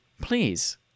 Please